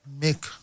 make